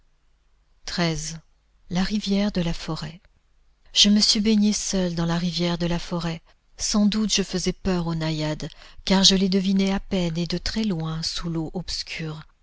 la rivière de la forêt je me suis baignée seule dans la rivière de la forêt sans doute je faisais peur aux naïades car je les devinais à peine et de très loin sous l'eau obscure